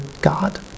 God